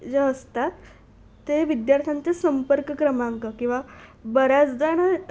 जे असतात ते विद्यार्थ्यांचे संपर्क क्रमांक किंवा बऱ्याचदा नं